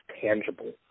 tangible